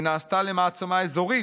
היא נעשתה למעצמה אזורית.